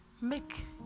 make